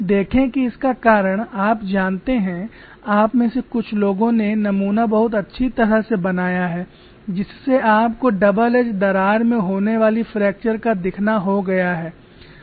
देखें कि इसका कारण आप जानते हैं आप में से कुछ लोगों ने नमूना बहुत अच्छी तरह से बनाया है जिससे आपको डबल एज दरार में होने वाली फ्रैक्चर का दिखना हो गया है